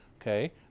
okay